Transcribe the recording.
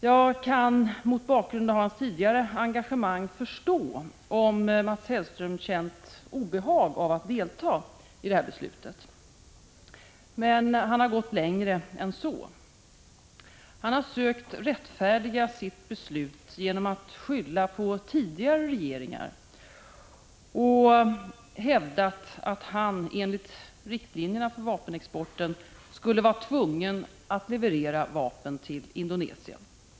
Jag kan mot bakgrund av hans tidigare engagemang förstå om han känt obehag av att delta i detta beslut. Men han har gått längre än så. Han har sökt rättfärdiga sitt beslut genom att skylla på tidigare regeringar och hävda att Sverige enligt riktlinjerna för vapenexporten skulle vara tvunget att leverera vapen till Indonesien.